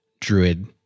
Druid